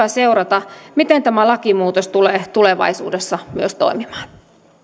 hyvä seurata miten tämä lakimuutos tulee tulevaisuudessa myös toimimaan